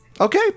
Okay